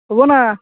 হ'ব না